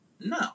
No